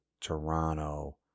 Toronto